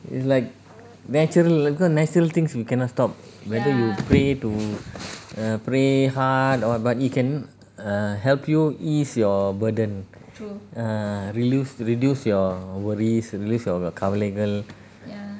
it's like natural cause natural things you cannot stop whether you pray to err pray hard or but you can err help you ease your burden ah reduce reduce your worries reduce your கவலைகள்:kavalaigal